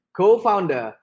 co-founder